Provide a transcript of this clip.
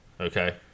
Okay